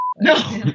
No